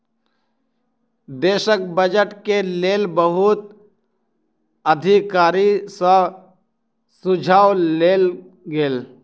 देशक बजट के लेल बहुत अधिकारी सॅ सुझाव लेल गेल